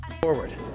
Forward